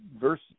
verse